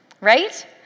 right